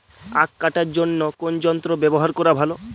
আঁখ কাটার জন্য কোন যন্ত্র ব্যাবহার করা ভালো?